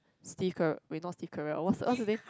Steve-Carell wait not Steve-Carrell what's the what's the name